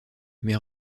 mais